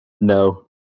no